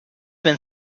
been